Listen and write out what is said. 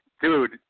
Dude